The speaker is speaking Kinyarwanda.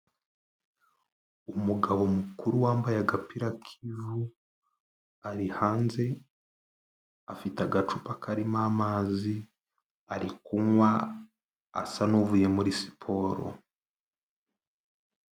Umugabo mukuru wambaye agapira k'ivu ari hanze, afite agacupa karimo amazi ari kunywa asa n'uvuye muri siporo.